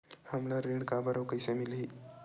हमला ऋण काबर अउ कइसे मिलही?